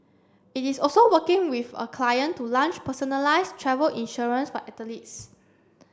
it is also working with a client to lunch personalised travel insurance for athletes